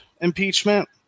impeachment